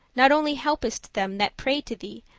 not only helpest them that pray to thee,